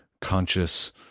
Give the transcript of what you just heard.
conscious